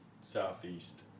Southeast